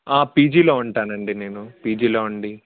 పీజీలో ఉంటానండి నేను పీజీలోండి